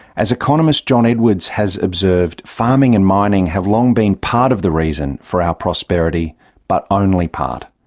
as economist john edwards has observed, farming and mining have long been part of the reason for our prosperity but only part.